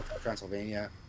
Transylvania